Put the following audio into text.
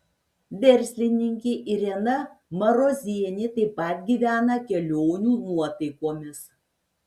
verslininkė irena marozienė taip pat gyvena kelionių nuotaikomis